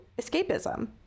escapism